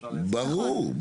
ברור.